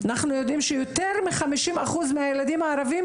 אנחנו יודעים שיותר מחמישים אחוז מהילדים הערביים,